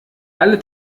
alle